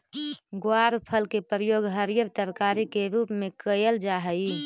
ग्वारफल के प्रयोग हरियर तरकारी के रूप में कयल जा हई